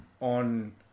on